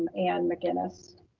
and mcinnis.